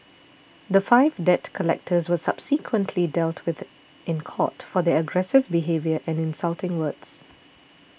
the five debt collectors were subsequently dealt with in court for their aggressive behaviour and insulting words